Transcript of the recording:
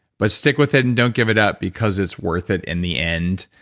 but stick with it and don't give it up because it's worth it in the end.